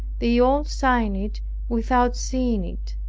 they all signed it without seeing it.